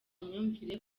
imyumvire